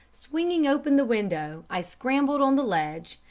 swinging open the window, i scrambled on the ledge,